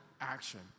action